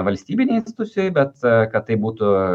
valstybinėj institucijoj bet kad tai būtų